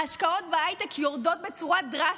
ההשקעות בהייטק יורדות בצורה דרסטית.